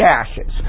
ashes